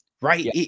right